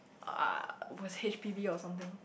uh was H_P_B or something